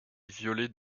violées